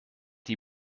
die